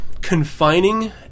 confining